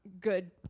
good